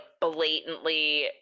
blatantly